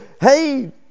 hey